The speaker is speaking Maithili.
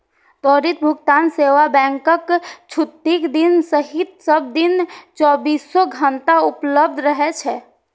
त्वरित भुगतान सेवा बैंकक छुट्टीक दिन सहित सब दिन चौबीसो घंटा उपलब्ध रहै छै